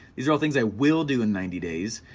these are all things i will do in ninety days,